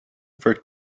for